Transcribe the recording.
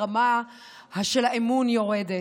הרמה של האמון יורדת.